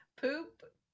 Poop